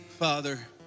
Father